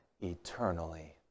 eternally